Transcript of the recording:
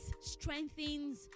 strengthens